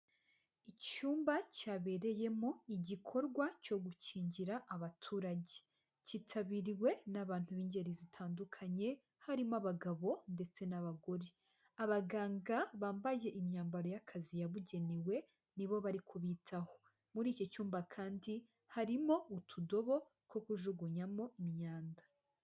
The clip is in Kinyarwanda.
Icyumba cyabereyemo igikorwa cyo gukingira abaturage, cyitabiriwe n'abantu b'ingeri zitandukanye, harimo abagabo ndetse n'abagore, abaganga bambaye imyambaro y'akazi yabugenewe, nibo bari kubitaho, muri iki cyumba kandi harimo utudobo two kujugunyamo imyanda.